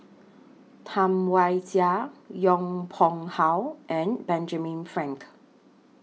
Tam Wai Jia Yong Pung How and Benjamin Frank